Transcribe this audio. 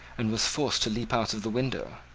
and was forced to leap out of the window.